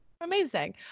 Amazing